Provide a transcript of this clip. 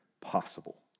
possible